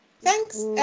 Thanks